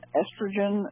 estrogen